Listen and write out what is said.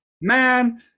man